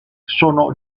sono